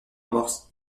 amorce